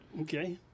Okay